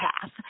path